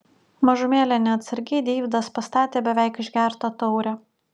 mažumėlę neatsargiai deividas pastatė beveik išgertą taurę